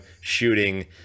shooting